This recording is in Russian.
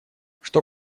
что